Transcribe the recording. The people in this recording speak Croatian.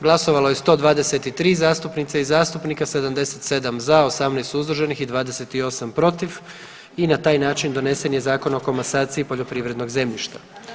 Glasovalo je 123 zastupnice i zastupnika, 77 za, 18 suzdržanih i 28 protiv i na taj način donesen je Zakon o komasaciji poljoprivrednog zemljišta.